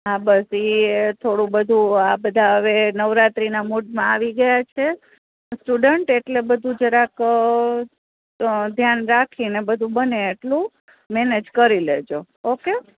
હા બસ ઈ થોડું બધું આ બધા હવે નવરાત્રિના મૂડમાં આવી ગયા છે સ્ટુડન્ટ એટલે બધું જરાક ધ્યાન રાખીને બધું બને એટલું મેનેજ કરી લેજો ઓકે